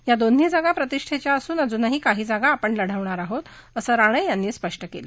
या दोन्ही जागा प्रतिष्ठेच्या असून अजूनही काही जागा लढवणार आहोत अस राणे यांनी स्पष्ट केलं